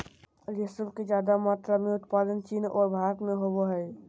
रेशम के ज्यादे मात्रा में उत्पादन चीन और भारत में होबय हइ